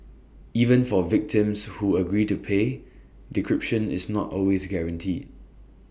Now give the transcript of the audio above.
even for victims who agree to pay decryption is not always guaranteed